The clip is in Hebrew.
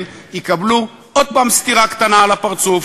יקבלו עוד פעם סטירה קטנה על הפרצוף.